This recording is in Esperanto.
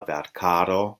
verkaro